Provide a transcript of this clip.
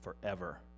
forever